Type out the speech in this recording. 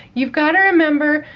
you've got to remember,